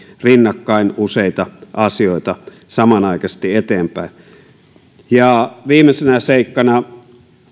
rinnakkain useita asioita samanaikaisesti eteenpäin viimeisenä seikkana